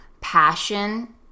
passion